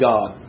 God